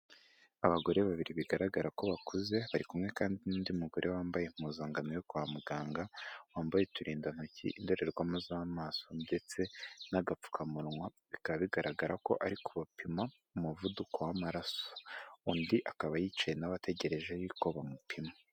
Abagore babiri bigaragara ko bakuze bari kumwe kandi n'undi mugore wambaye impuzankano yo kwa muganga, wambaye uturindantoki, indorerwamo z'amaso ndetse n'agapfukamunwa, bikaba bigaragara ko ari bapima umuvuduko w'amaraso, undi akaba yicaye nawe ategereje yuko bamupima.